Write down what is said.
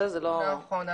נכון.